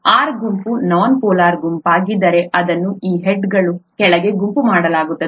R ಗುಂಪು nonpolar ಗುಂಪಾಗಿದ್ದರೆ ಅದನ್ನು ಈ ಹೇಡ್ನ ಕೆಳಗೆ ಗುಂಪು ಮಾಡಲಾಗುತ್ತದೆ